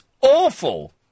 awful